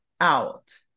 out